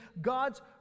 God's